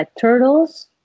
turtles